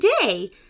today